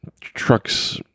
Trucks